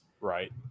right